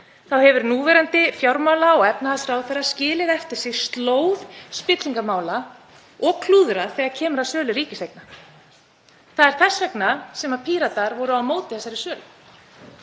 hefur núverandi fjármála- og efnahagsráðherra skilið eftir sig slóð spillingarmála og klúðrað þegar kemur að sölu ríkiseigna. Það er þess vegna sem Píratar voru á móti þessari sölu.